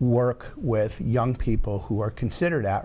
work with young people who are considered at